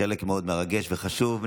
חלק מאוד מרגש וחשוב,